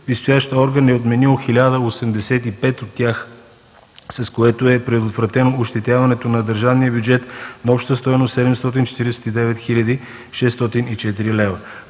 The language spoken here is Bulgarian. Висшестоящият орган е отменил 1085 от тях, с което е предотвратено ощетяването на държавния бюджет на обща стойност 749 604 лв.